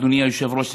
אדוני היושב-ראש,